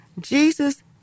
Jesus